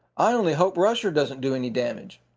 i only hope rusher doesn't do any damage.